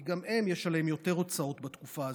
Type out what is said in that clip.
כי גם להם יש יותר הוצאות בתקופה הזאת,